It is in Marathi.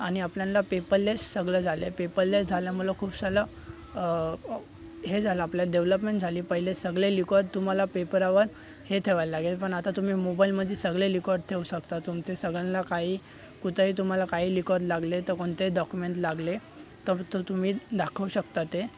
आणि आपल्याला पेपललेस सगळं झालं आहे पेपललेस झाल्यामुळं खूप सारं अ हे झालं आपल्यात डेव्हलपमेंट झाली पहिले सगळे लेकॉड तुम्हाला पेपरावर हे ठेवायला लागेल पण आता तुम्ही मोबाइलमधी सगळे लेकॉड ठेऊ शकता तुमचे सगळ्यांना काही कुठेही तुम्हाला काही लेकॉड लागले तर कोणते दॉक्युमेंट लागले त तु तुम्ही दाखवू शकता ते